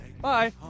bye